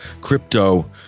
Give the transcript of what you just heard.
crypto